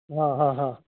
हा हा हा